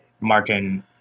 Martin